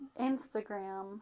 Instagram